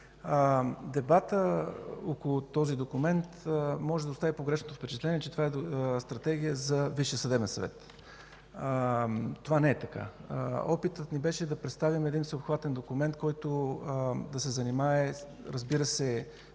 Дебатът около този документ може да остави погрешното впечатление, че това е Стратегия за Висшия съдебен съвет. Това не е така. Опитът ни беше да представим един всеобхватен документ, който да се занимае, разбира се,